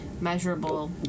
measurable